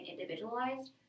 individualized